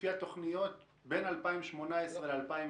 לפי התוכניות בין 2018 ל-2020